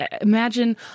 Imagine